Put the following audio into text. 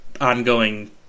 ongoing